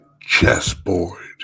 chessboard